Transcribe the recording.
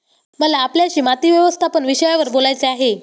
मला आपल्याशी माती व्यवस्थापन विषयावर बोलायचे आहे